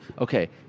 Okay